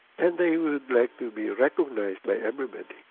and they would like to be ah recognised, like everybody,